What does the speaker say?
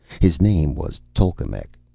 his name was tolkemec.